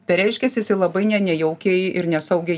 tai reiškias jisai labai ne nejaukiai ir nesaugiai